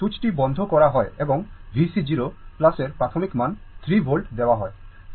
সুতরাং সুইচটি বন্ধ করা হয় এবং VC 0 এর প্রাথমিক মান 3 volt দেওয়া হয়